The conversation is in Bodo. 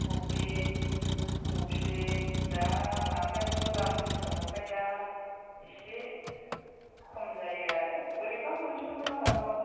कफि कफि दा लाफायाथ' दाम गोसाथ'खाय दा एसे खम जायो आरो बोरैबा मोनसननोबो हागौ